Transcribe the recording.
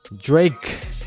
Drake